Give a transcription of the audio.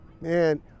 Man